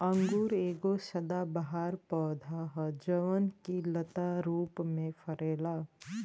अंगूर एगो सदाबहार पौधा ह जवन की लता रूप में फरेला